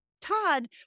Todd